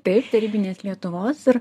taip tarybinės lietuvos ir